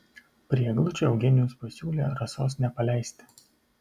prie eglučių eugenijus pasiūlė rasos nepaleisti